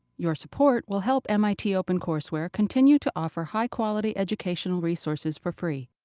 your support will help mit opencourseware continue to offer high quality educational resources for free.